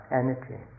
energy